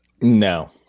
No